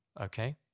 Okay